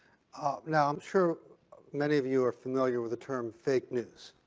ah now i'm sure many of you are familiar with the term fake news.